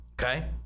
Okay